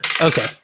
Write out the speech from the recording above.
Okay